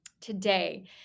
today